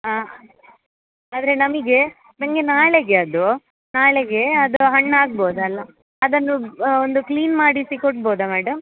ಹಾಂ ಆದರೆ ನಮಗೆ ನನಗೆ ನಾಳೆಗೆ ಅದು ನಾಳೆಗೆ ಅದು ಹಣ್ಣು ಆಗ್ಬೋದಲ್ಲ ಅದನ್ನು ಒಂದು ಕ್ಲೀನ್ ಮಾಡಿಸಿ ಕೊಡ್ಬಹುದ ಮೇಡಮ್